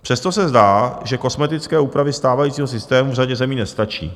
Přesto se zdá, že kosmetické úpravy stávajícího systému v řadě zemí nestačí.